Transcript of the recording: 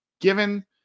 given